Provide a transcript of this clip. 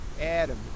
Adam